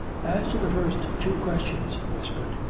as to the first two questions, he whispered.